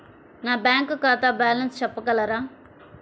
నా బ్యాంక్ ఖాతా బ్యాలెన్స్ చెప్పగలరా?